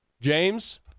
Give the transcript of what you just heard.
James